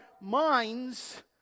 minds